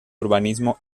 urbanismo